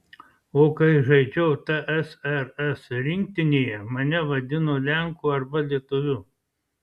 o kai žaidžiau tsrs rinktinėje mane vadino lenku arba lietuviu